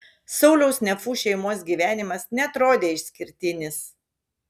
sauliaus nefų šeimos gyvenimas neatrodė išskirtinis